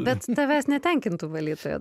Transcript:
bet tavęs netenkintų valytojo